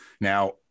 Now